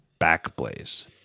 backblaze